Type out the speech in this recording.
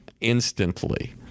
instantly